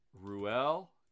Ruel